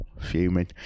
Fuming